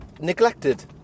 neglected